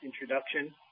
introduction